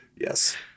yes